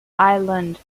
island